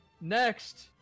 Next